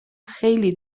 خیلی